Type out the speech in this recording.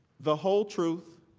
the whole truth,